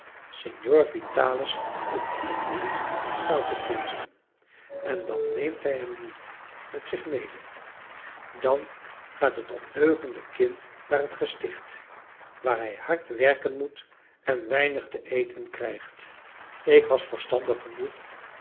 signor vitalis houdt niet van stoute kinderen en dan neemt hij hem niet met zich mede dan gaat het ondeugende kind naar het gesticht waar hij hard werken moet en weinig te eten krijgt ik was verstandig genoeg